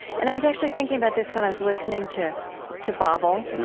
and i was actually thinking about this when i was listening to to bobble.